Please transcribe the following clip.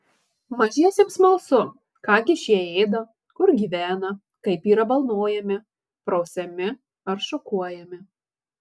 mažiesiems smalsu ką gi šie ėda kur gyvena kaip yra balnojami prausiami ar šukuojami